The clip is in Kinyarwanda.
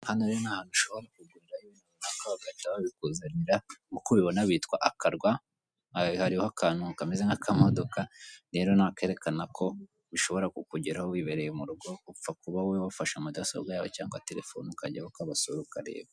Hano rero ni ahantu ushobora kugurira ibintu runaka bakabikuzanira uko ubibona bitwa akarwa hariho akantu kameze nk'akamodoka rero nakererekana ko bishobora kukugeraho wibereye mu rugo upfa kuba wowe wafashe mudasobwa yawe cyangwa telefone ukajya ukabasura ukareba.